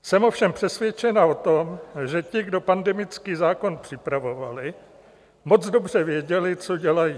Jsem ovšem přesvědčena o tom, že ti, kdo pandemický zákon připravovali, moc dobře věděli, co dělají.